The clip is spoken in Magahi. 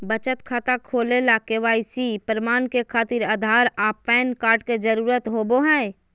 बचत खाता खोले ला के.वाइ.सी प्रमाण के खातिर आधार आ पैन कार्ड के जरुरत होबो हइ